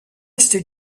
est